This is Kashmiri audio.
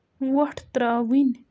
وۄٹھ ترٛاوٕنۍ